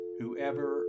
whoever